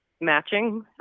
matching